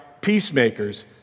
peacemakers